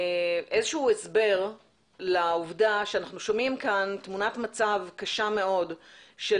איזשהו הסבר לעובדה שאנחנו שומעים כאן תמונת מצב קשה מאוד של